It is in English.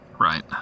right